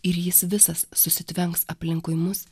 ir jis visas susitvenks aplinkui mus